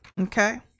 okay